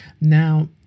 Now